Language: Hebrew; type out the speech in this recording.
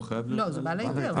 לא, זה בעל ההיתר.